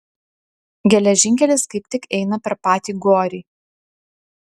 geležinkelis kaip tik eina per patį gorį